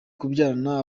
kubyarana